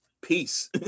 peace